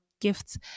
gifts